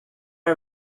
are